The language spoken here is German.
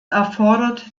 erfordert